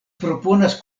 proponas